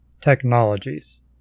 technologies